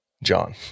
John